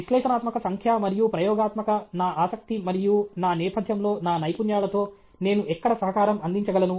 విశ్లేషణాత్మక సంఖ్యా మరియు ప్రయోగాత్మక నా ఆసక్తి మరియు నా నేపథ్యంలో నా నైపుణ్యాలతో నేను ఎక్కడ సహకారం అందించగలను